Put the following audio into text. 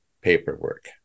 paperwork